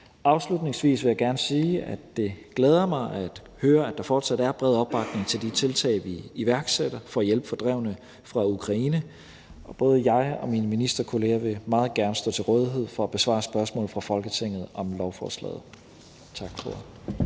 Afslutningsvis vil jeg gerne sige, at det glæder mig at høre, at der fortsat er bred opbakning til de tiltag, vi iværksætter for at hjælpe fordrevne fra Ukraine. Og både jeg og mine ministerkollegaer vil meget gerne stå til rådighed for at besvare spørgsmål fra Folketinget om lovforslaget. Tak for